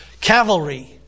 cavalry